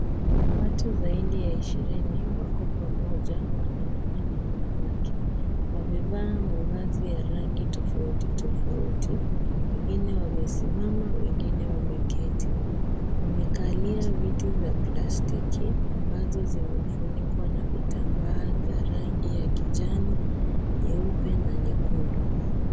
Watu zaidi ya shirini wako pamoja wanaume na wanawake ,wamevaa mavazi ya rangi tofauti tofauti wengine wamesimama wengine wameketi wamekalia viti vya plastiki ambazo zimefunikwa na kitambaa za rangi ya kijani nyeupe na nyekundu.